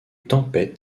tempête